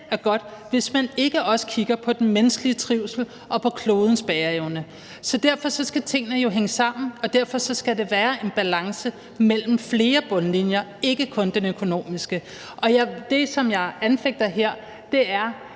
er godt, hvis man ikke også kigger på den menneskelige trivsel og på klodens bæreevne. Så derfor skal tingene jo hænge sammen. Og derfor skal der være en balance mellem flere bundlinjer – ikke kun den økonomiske. Og det, som jeg anfægter her, er,